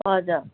हजुर